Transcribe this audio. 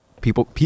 people